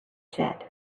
said